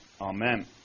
Amen